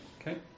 Okay